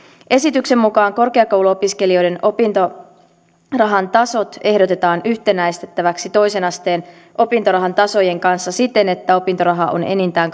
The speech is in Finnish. esityksen mukaan korkeakouluopiskelijoiden opintorahan tasot ehdotetaan yhtenäistettäväksi toisen asteen opintorahan tasojen kanssa siten että opintoraha on enintään